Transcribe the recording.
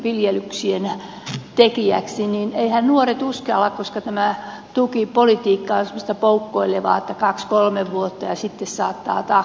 eiväthän nuoret uskalla koska tämä tukipolitiikka on semmoista poukkoilevaa että kaksi kolme vuotta ja sitten saattaa taas kupsahtaa päälaelle